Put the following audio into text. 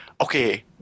okay